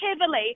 heavily